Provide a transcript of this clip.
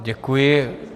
Děkuji.